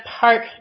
Park